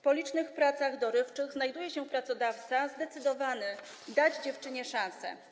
Po licznych pracach dorywczych znajduje się pracodawca zdecydowany dać dziewczynie szansę.